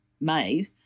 made